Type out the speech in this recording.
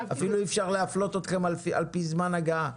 אפילו אי אפשר להפלות אתכם על פי זמן הגעה.